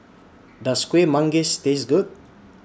Does Kueh Manggis Taste Good